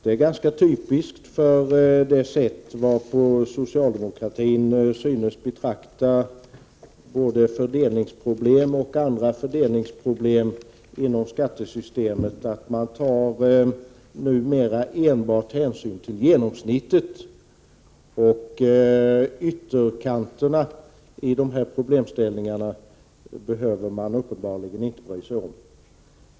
Det är ganska typiskt för det sätt varpå socialdemokratin synes betrakta både fördelningsproblem och andra problem inom skattesystemet, att man numera enbart tar hänsyn till genomsnittet. Ytterkanterna i problemställningarna behöver man uppenbarligen inte bry sig om.